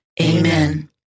Amen